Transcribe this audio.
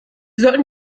sollten